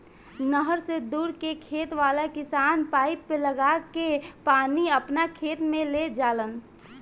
नहर से दूर के खेत वाला किसान पाइप लागा के पानी आपना खेत में ले जालन